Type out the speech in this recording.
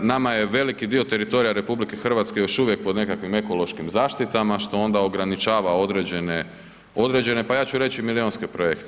Nama je veliki dio teritorija RH još uvijek pod nekakvim ekološkim zaštitama što onda ograničava određene, pa ja ću reći milijunske projekte.